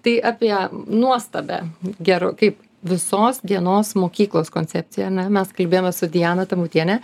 tai apie nuostabią geru kaip visos dienos mokyklos koncepciją ar ne mes kalbėjome su diana tamutiene